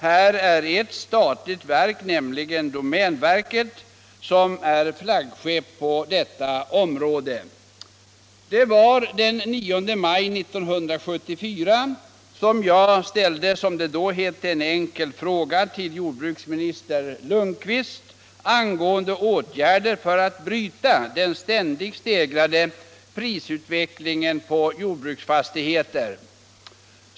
Här är ett statligt verk, nämligen domänverket, flaggskepp på detta område. Den 9 maj 1974 fick jag svar på en, som det då hette, enkel fråga av jordbruksminister Lundkvist angående åtgärder för att bryta utvecklingen mot ständigt stegrade priser på jordbruksfastigheter.